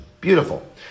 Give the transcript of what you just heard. Beautiful